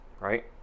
right